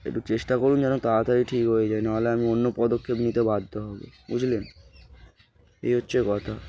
একটু চেষ্টা করুন যেন তাড়াতাড়ি ঠিক হয়ে যায় নাহলে আমি অন্য পদক্ষেপ নিতে বাধ্য হব বুঝলেন এই হচ্ছে কথা